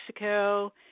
Mexico